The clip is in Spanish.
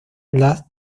las